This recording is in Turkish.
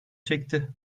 çekti